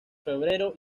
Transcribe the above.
febrero